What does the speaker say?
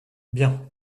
bien